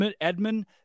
Edmund